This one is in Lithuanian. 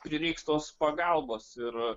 prireiks tos pagalbos ir